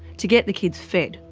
to get the kids fed,